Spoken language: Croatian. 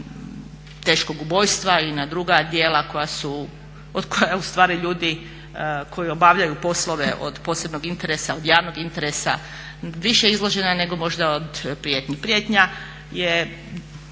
teškog ubojstva i na druga djela od koja ljudi koji obavljaju poslove od posebnog interesa, od javnog interesa više izložena nego možda od prijetnji. Prijetnja je